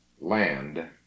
land